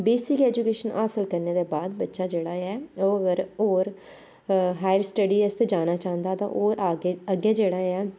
basic education हासल करने दे बाद बच्चा जेह्ड़ा ऐ ओह् अगर होर हायर स्टडी आस्तै जाना चांह्दा तां ओह् आगे अग्गें जेह्ड़ा ऐ